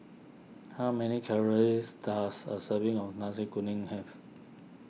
how many calories does a serving of Nasi Kuning have